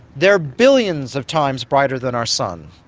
they are billions of times brighter than our sun,